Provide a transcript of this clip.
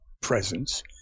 presence